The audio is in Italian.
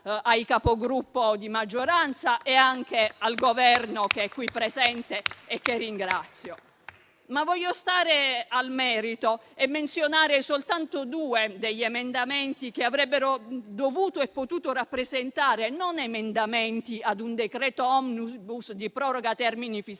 ai Capigruppo di maggioranza e anche al Governo che è qui presente e che ringrazio. Ma voglio stare al merito e menzionare soltanto due degli emendamenti che avrebbero dovuto e potuto rappresentare non emendamenti ad un decreto *omnibus* di proroga termini fiscali,